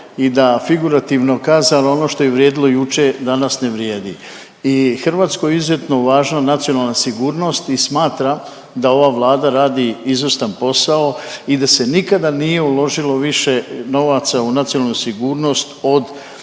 Hrvatskoj je izuzetno važno nacionalna sigurnost i smatram da ova Vlada radi izvrstan posao i da se nikada nije uložilo više novaca u nacionalnu sigurnost od neovisnost